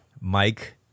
Mike